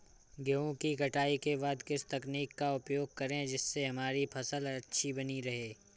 गेहूँ की कटाई के बाद किस तकनीक का उपयोग करें जिससे हमारी फसल अच्छी बनी रहे?